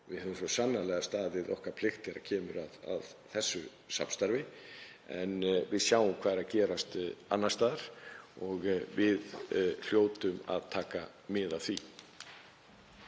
Við höfum svo sannarlega staðið við okkar plikt þegar kemur að þessu samstarfi. En við sjáum hvað er að gerast annars staðar og við hljótum að taka mið af því.